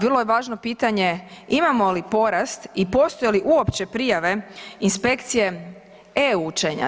Bilo je važno pitanje imamo li porast i postoje li uopće prijave inspekcije e-učenja.